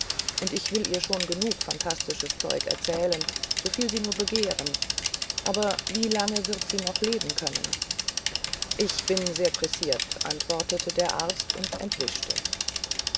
und ich will ihr schon genug phantastisches zeug erzählen soviel sie nur begehren aber wie lange wird sie noch leben können ich bin sehr pressiert antwortete der arzt und entwischte